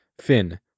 Finn